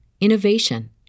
innovation